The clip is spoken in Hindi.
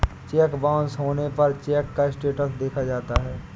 चेक बाउंस होने पर चेक का स्टेटस देखा जाता है